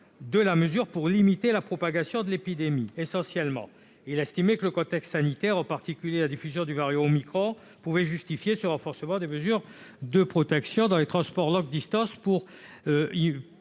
de la mesure pour limiter la propagation de l'épidémie. Il a estimé que le contexte sanitaire, en particulier la diffusion du variant omicron, pouvait justifier ce renforcement des mesures de protection dans les transports de longue distance.